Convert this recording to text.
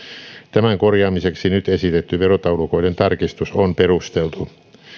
tämän korjaamiseksi nyt esitetty verotaulukoiden tarkistus on perusteltu